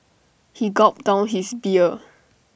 he gulped down his beer